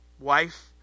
Wife